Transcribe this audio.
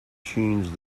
changed